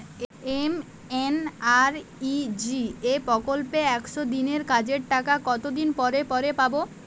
MNREGA প্রকল্পে একশ দিনের কাজের টাকা কতদিন পরে পরে পাব?